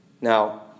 Now